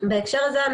בהקשר הזה,